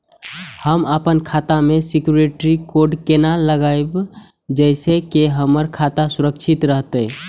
हम अपन खाता में सिक्युरिटी कोड केना लगाव जैसे के हमर खाता सुरक्षित रहैत?